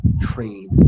train